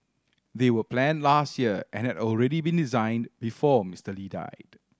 they were planned last year and had already been designed before Mister Lee died